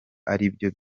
aribyo